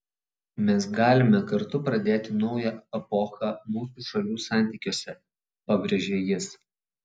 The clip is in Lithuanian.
mes galime kartu pradėti naują epochą mūsų šalių santykiuose pabrėžė jis